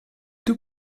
deux